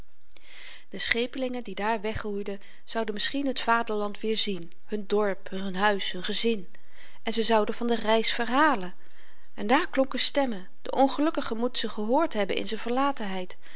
de schepelingen die daar wegroeiden zouden misschien t vaderland weerzien hun dorp hun huis hun gezin en ze zouden van de reis verhalen en daar klonken stemmen de ongelukkige moet ze gehoord hebben in z'n